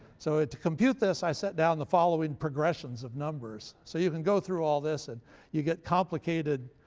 so ah to compute this i set down the following progressions of numbers. so you can go through all this and you get complicated